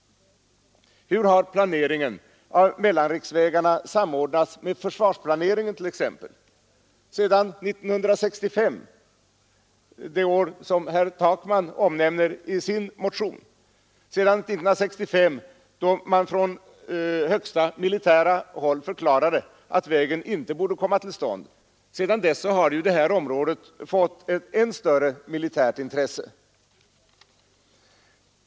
Hur har planeringen av mellanriksvägarna samordnats med försvarsplaneringen t.ex.? Sedan 1965 — det år som herr Takman omnämner i sin motion — då man från högsta militära håll förklarade att vägen inte borde komma till stånd, har det här området fått ett än större militärt intresse.